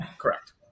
Correct